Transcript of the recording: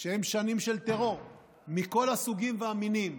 שהן שנים של טרור מכל הסוגים והמינים.